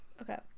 okay